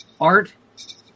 Art